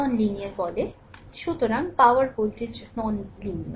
সুতরাং power voltage অ রৈখিক